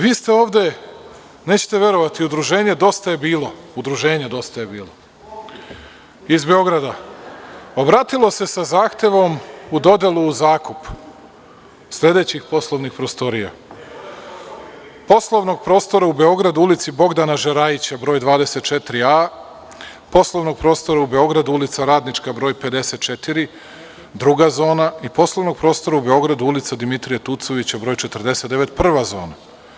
Vi ste ovde, nećete verovati, udruženje Dosta je bilo iz Beograda, obratilo se sa zahtevom u dodelu u zakup sledećih poslovnih prostorija: poslovnog prostora u Beogradu u ulici Bogdana Žerajića broj 24a, poslovnog prostora u Beogradu ulica Radnička broj 54, druga zona, i poslovnog prostora u Beogradu ulica Dimitrija Tucovića broj 49, prva zona.